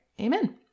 Amen